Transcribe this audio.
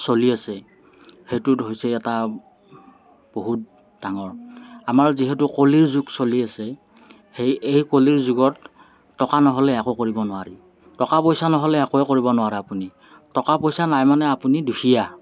চলি আছে সেইটো হৈছে এটা বহুত ডাঙৰ আমাৰ যিহেতু কলিৰ যুগ চলি আছে সেই এই কলিৰ যুগত টকা নহ'লে একো কৰিব নোৱাৰি টকা পইচা নহ'লে একোৱে কৰিব নোৱাৰে আপুনি টকা পইচা নাই মানে আপুনি দুখীয়া